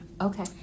Okay